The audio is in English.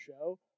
show